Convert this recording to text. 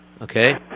Okay